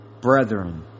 brethren